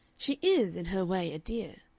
she is, in her way, a dear.